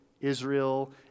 Israel